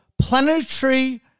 planetary